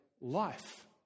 life